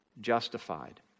justified